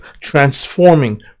transforming